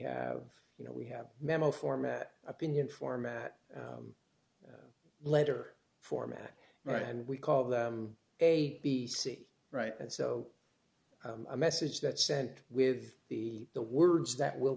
have you know we have memo format opinion format letter format right and we call them a b c right and so a message that sent with the the words that will